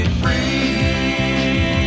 free